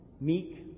Meek